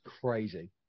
crazy